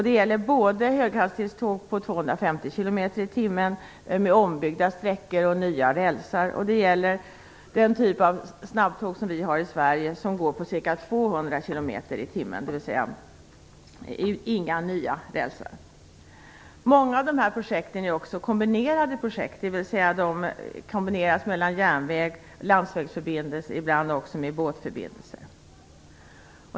Det gäller både höghastighetståg som har en hastighet av 250 km tim och som inte har nya rälsar. Många av dessa projekt är också kombinerade projekt, dvs. att de kombineras mellan järnväg, landsvägsförbindelse och ibland också med båtförbindelse.